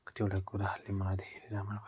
कतिवटा कुराहरूले मलाई धेरै राम्रो भएको छ